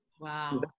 Wow